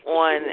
on